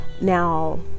now